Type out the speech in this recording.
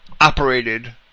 operated